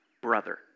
brother